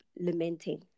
lamenting